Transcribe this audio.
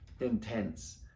intense